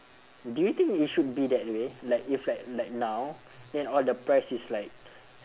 do you think it should be that way like if like like now then all the price is like